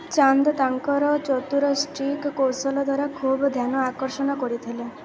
ଚାନ୍ଦ୍ ତାଙ୍କର ଚତୁର ଷ୍ଟିକ୍ କୌଶଳ ଦ୍ଵାରା ଖୁବ୍ ଧ୍ୟାନ ଆକର୍ଷଣ କରିଥିଲେ